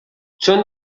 چون